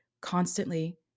constantly